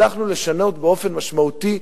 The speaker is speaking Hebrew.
לשנות באופן משמעותי,